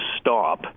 stop